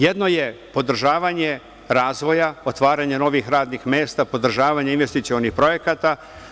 Jedno je podržavanje razvoja, otvaranje novih radnih mesta, podržavanje investicionih projekata.